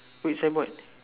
which signboard